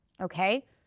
okay